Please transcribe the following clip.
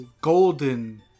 Golden